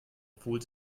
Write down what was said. obwohl